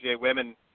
women